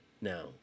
now